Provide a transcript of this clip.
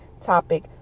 topic